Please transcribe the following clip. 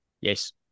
Yes